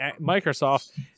Microsoft